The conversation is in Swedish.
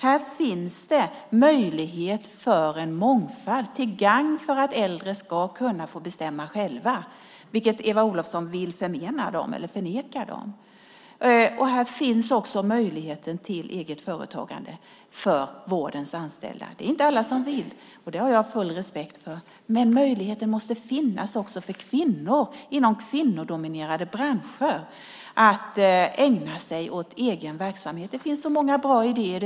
Här finns möjlighet för en mångfald till gagn för att äldre ska kunna få bestämma själva, vilket Eva Olofsson vill förneka dem. Här finns också möjlighet till eget företagande för vårdens anställda. Det är inte alla som vill - det har jag full respekt för - men möjligheten måste finnas också för kvinnor inom kvinnodominerade branscher att ägna sig åt egen verksamhet. Det finns så många bra idéer.